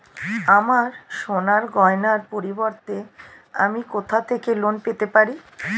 আমার সোনার গয়নার পরিবর্তে আমি কোথা থেকে লোন পেতে পারি?